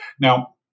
Now